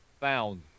found